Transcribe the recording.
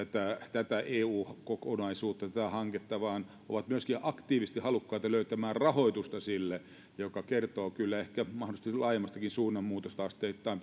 tätä eu kokonaisuutta tätä hanketta vaan ovat myöskin aktiivisesti halukkaita löytämään rahoitusta sille mikä kertoo kyllä ehkä mahdollisesti laajemmastakin suunnanmuutoksesta asteittain